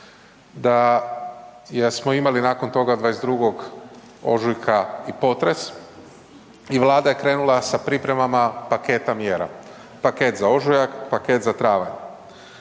da smo imali nakon toga 22. ožujka i potres i Vlada je krenula sa pripremama paketa mjera, paket za ožujak, paket za travanj.